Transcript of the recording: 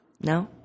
No